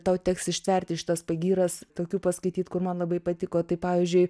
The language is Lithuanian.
tau teks ištverti šitas pagyras tokių paskaityt kur man labai patiko tai pavyzdžiui